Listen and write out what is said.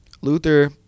Luther